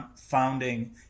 founding